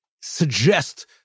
suggest